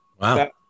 wow